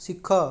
ଶିଖ